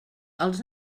els